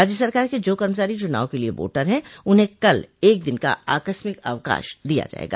राज्य सरकार के जो कर्मचारी चुनाव के लिए वोटर हैं उन्हें कल एक दिन का आकस्मिक अवकाश दिया जायेगा